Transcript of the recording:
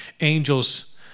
Angels